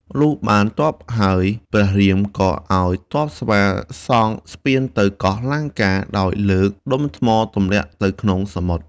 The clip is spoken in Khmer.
លុះបានទ័ពហើយ ព្រះរាមក៏ឱ្យទ័ពស្វាសង់ស្ពានទៅកោះលង្កា ដោយលើកដុំថ្មទម្លាក់ ទៅក្នុងសមុទ្រ។